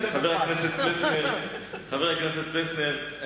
חבר הכנסת פלסנר,